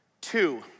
two